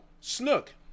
Snook